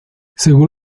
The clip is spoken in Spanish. según